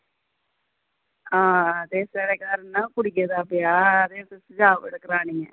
हां साढ़े घर ना कुड़िये दा ब्याह् ऐ ते सजावट करवानी ऐ